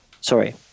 Sorry